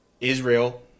Israel